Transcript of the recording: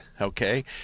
okay